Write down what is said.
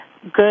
Good